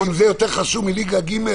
-- אתה שואל אם זה חשוב יותר מליגה ג'?